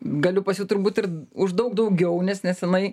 galiu pasiūt turbūt ir už daug daugiau nes nesenai